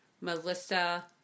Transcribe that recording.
Melissa